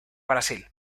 brasil